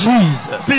Jesus